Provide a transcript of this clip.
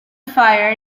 fire